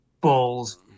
balls